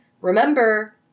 Remember